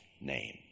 name